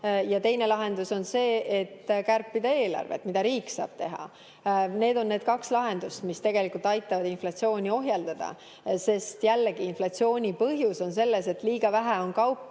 ja teine lahendus on see, et kärpida eelarvet, mida riik saab teha. Need on need kaks lahendust, mis tegelikult aitavad inflatsiooni ohjeldada, sest jällegi, inflatsiooni põhjus on selles, et liiga vähe on kaupa